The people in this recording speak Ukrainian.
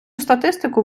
статистику